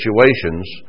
situations